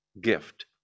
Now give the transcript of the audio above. gift